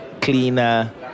cleaner